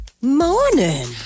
Morning